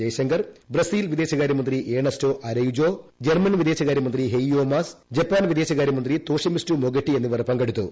ജയശങ്കള്ള് Brazil വിദേശകാര്യമന്ത്രി Ernesto Araujo German വിദേശകാര്യമന്ത്രി Heiko Maas Japan വിദേശകാരൃമൂന്ത്രി തോഷിമിസ്റ്റു മൊട്ടെഗി എന്നിവർ പങ്കെടുത്തു